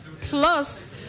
plus